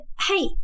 hey